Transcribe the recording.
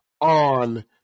on